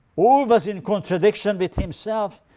always in contradiction with himself.